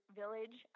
village